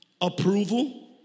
approval